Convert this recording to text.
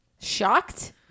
Shocked